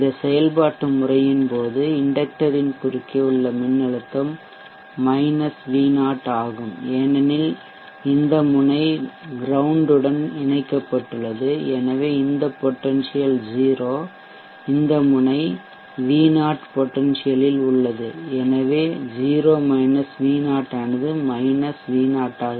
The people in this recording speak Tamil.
இந்த செயல்பாட்டு முறையின் போது இண்டெக்ட்டரின் குறுக்கே உள்ள மின்னழுத்தம் V0 ஆகும் ஏனெனில் இந்த முனை க்ரௌன்டுடன் இணைக்கப்பட்டுள்ளது எனவே இந்த பொட்டென்சியல் 0 இந்த முனை V0 பொட்டென்சியல் உள்ளது எனவே 0 V0 ஆனது V0